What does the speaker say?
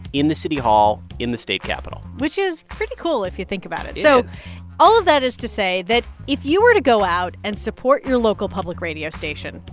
in the city hall, in the state capital which is pretty cool, if you think about it it is so all of that is to say that if you were to go out and support your local public radio station,